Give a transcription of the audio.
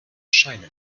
scheine